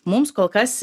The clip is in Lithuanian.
mums kol kas